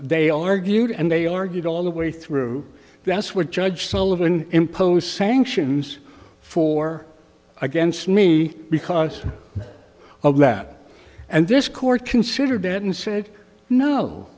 they argued and they argued all the way through that's what judge sullivan impose sanctions for against me because of that and this court considered dead and said no